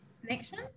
connection